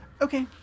okay